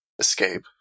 escape